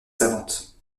savantes